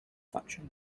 function